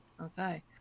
okay